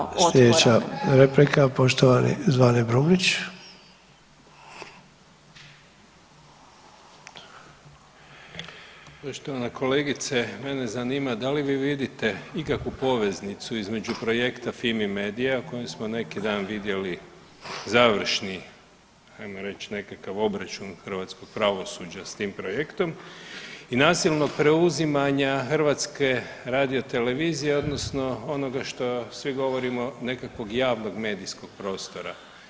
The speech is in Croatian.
Poštovana kolegice mene zanima da li vidite ikakvu poveznicu između projekta Fimi-media o kojem smo neki dan vidjeli završni, ajmo reći, nekakav obračun hrvatskog pravosuđa s tim projektom i nasilnog preuzimanja Hrvatske radio televiziji, odnosno onoga što svi govorimo, nekakvog javnog medijskog prostora?